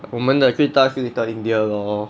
我们的最大是 little india lor